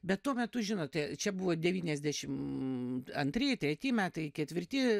bet tuo metu žinote čia buvo devyniasdešim antri treti metai ketvirti